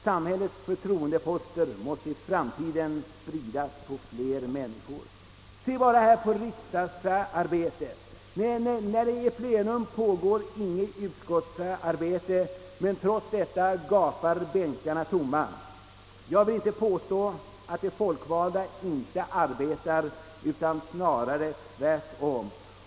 Samhällets förtroendeposter måste i framtiden spridas på fler människor. Se bara på riksdagsarbetet! När det är plenum, pågår inget utskottsarbete, men trots detta gapar bänkarna tomma. Jag vill inte påstå att de folkvalda inte arbetar, utan snarare tvärtom.